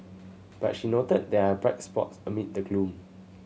but she noted there are bright spots amid the gloom